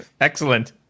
Excellent